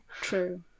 True